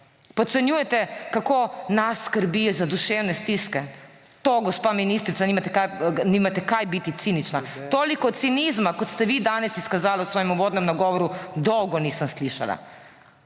Podcenjujete, kako nas skrbi za duševne stiske. To, gospa ministrica, nimate kaj biti cinični. Toliko cinizma kot ste vi danes izkazala v svojem uvodnem nagovoru, dolgo nisem slišala.